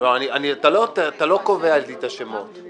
אתה לא קובע לי את השמות.